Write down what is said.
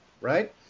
right